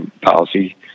policy